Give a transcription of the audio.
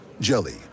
Jelly